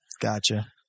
Gotcha